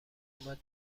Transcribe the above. اومد